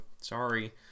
sorry